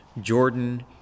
Jordan